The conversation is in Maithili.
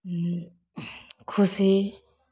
खुशी